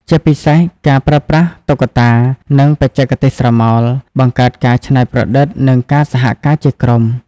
ជាពិសេស ការប្រើប្រាស់តុក្កតា និងបច្ចេកទេសស្រមោល បង្កើតការច្នៃប្រឌិត និងការសហការជាក្រុម។